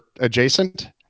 adjacent